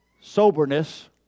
soberness